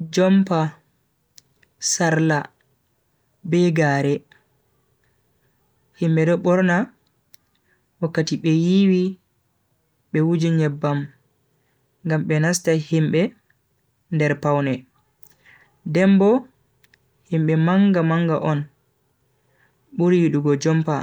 Jompa sarla be gare. Himbe ɓurna wakkati ɓe yiwi ɓe wujinye bam, gam ɓe nasta himɓe nder paune. Dem bo himɓe manga manga on ɓuri ɗugo jompa,